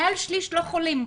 מעל שליש לא חולים.